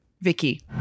Vicky